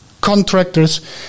contractors